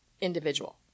individual